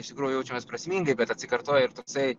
iš tikrųjų jaučiamės prasmingai bet atsikartoja ir toksai